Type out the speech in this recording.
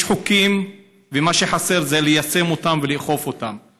יש חוקים, ומה שחסר זה ליישם אותם ולאכוף אותם.